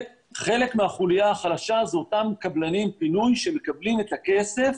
חלק מהחוליה החלשה זה אותם קבלני פינוי שמקבלם את הכסף